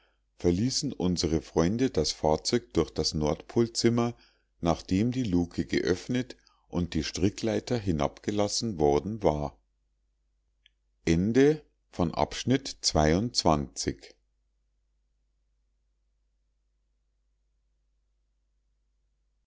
verließen unsere freunde das fahrzeug durch das nordpolzimmer nachdem die lucke geöffnet und die strickleiter hinabgelassen worden war